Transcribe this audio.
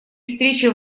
встречи